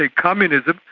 say, communism,